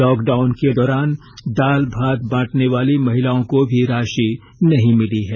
lockdown के दौरान दाल भात बांटने वाली महिलाओं को भी राशि नहीं मिली है